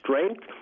strength